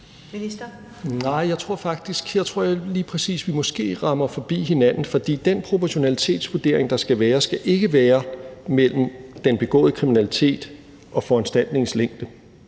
Nej, jeg tror faktisk, at vi lige præcis her måske rammer forbi hinanden. For den proportionalitetsvurdering, der skal være, skal ikke være mellem den begåede kriminalitet og foranstaltningens længde.